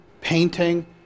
painting